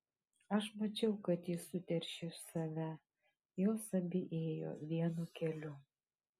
aš mačiau kad ji suteršė save jos abi ėjo vienu keliu